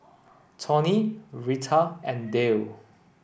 Tory Rita and Dale